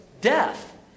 death